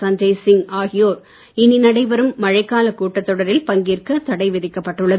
சஞ்சய் சிங் ஆகியோர் இனி நடைபெறும் மழைக்காலக் கூட்டத்தொடரில் பங்கேற்க தடை விதிக்கப்பட்டுள்ளது